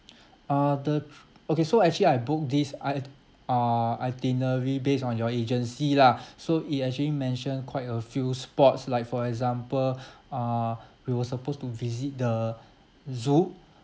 uh the tr~ okay so actually I booked this it~ uh itinerary based on your agency lah so it actually mentioned quite a few spots like for example uh we were supposed to visit the zoo